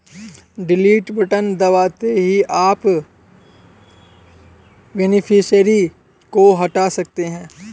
delete button दबाते ही आप बेनिफिशियरी को हटा सकते है